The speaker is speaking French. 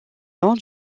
long